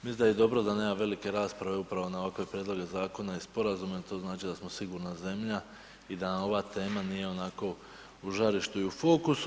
Mislim da je dobro da nema velike rasprave upravo na ovakve prijedloge zakona i sporazuma i to znači da smo sigurna zemlja i da ova tema nije onako u žarištu i u fokusu.